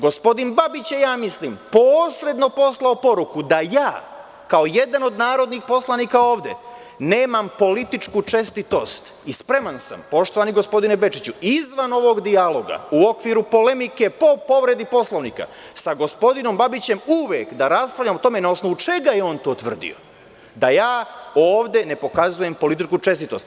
Gospodin Babić je, ja mislim, posredno poslao poruku da ja kao jedan od narodnih poslanika ovde nemam političku čestitost i spreman sam, poštovani gospodine Bečiću, izvan ovog dijaloga, u okviru polemike po povredi Poslovnika, sa gospodinom Babićem uvek da raspravljam o tome na osnovu čega je on to tvrdio da ja ovde ne pokazujem političku čestitost.